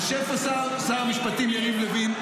יושב פה שר המשפטים יריב לוין,